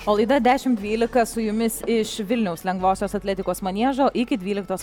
o laida dešimt dvylika su jumis iš vilniaus lengvosios atletikos maniežo iki dvyliktos